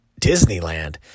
Disneyland